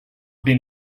been